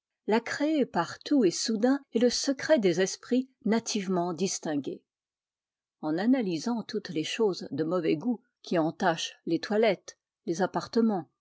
la créer partout et soudain est le secret des esprits nativement distingués en analysant toutes les choses de mauvais goût qui entachent les toilettes les appartements